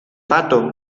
pato